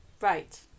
Right